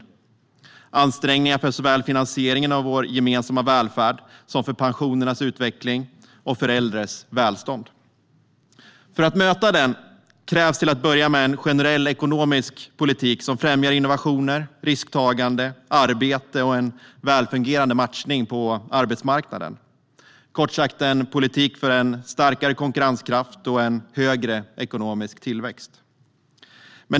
Det medför ansträngningar för såväl finansieringen av vår gemensamma välfärd som pensionernas utveckling och äldres välstånd. För att möta detta krävs till att börja med en generell ekonomisk politik som främjar innovationer, risktagande, arbete och en välfungerande matchning på arbetsmarknaden - kort sagt en politik för en starkare konkurrenskraft och en högre ekonomisk tillväxt.